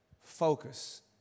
Focus